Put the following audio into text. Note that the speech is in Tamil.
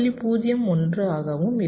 01 ஆகவும் இருக்கும்